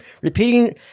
repeating